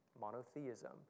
monotheism